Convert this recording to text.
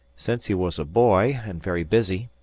since he was a boy and very busy,